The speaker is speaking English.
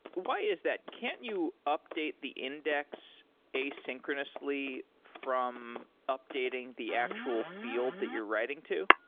why is that? can't you update the index asynchronously from updating the actual field that you're writing to?